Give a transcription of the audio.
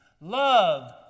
Love